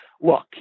look